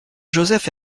joseph